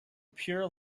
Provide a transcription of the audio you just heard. pure